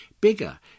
bigger